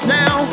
now